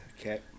Okay